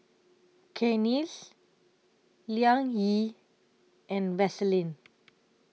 Cakenis Liang Yi and Vaseline